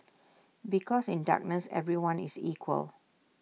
because in darkness everyone is equal